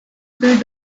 filled